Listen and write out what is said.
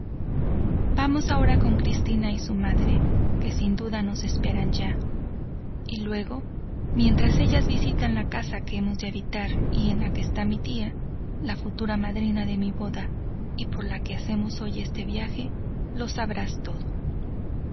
vamos ahora con cristina y su madre que sin duda nos esperan ya y luego mientras ellas visitan la casa que hemos de habitar y en la que está mi tía la futura madrina de mi boda y por la que hacemos hoy este viaje lo sabrás todo